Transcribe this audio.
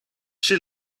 she